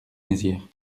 mézières